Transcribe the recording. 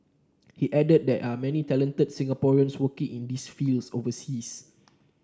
he added that there are many talented Singaporeans working in these fields overseas